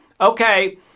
okay